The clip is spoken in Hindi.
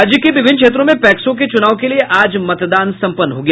राज्य के विभिन्न क्षेत्रों में पैक्सों के चुनाव के लिये आज मतदान सम्पन्न हो गया